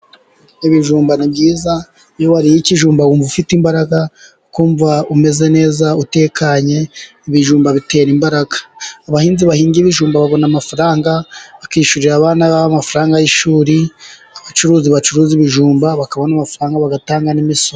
Ibijumba ni byiza iyo wariye ikijumba wumva ufite imbaraga, ukumva umeze neza utekanye, ibijumba bitera imbaraga. Abahinzi bahinga ibijumba babona amafaranga bakishyurira abana amafaranga y'ishuri , abacuruzi bacuruza ibijumba bakabona amafaranga bagatanga n'imisoro.